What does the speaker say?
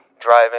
driving